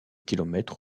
kilomètres